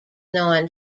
non